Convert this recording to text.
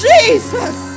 Jesus